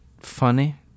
funny